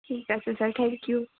ঠিক আছে sir thank U